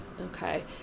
Okay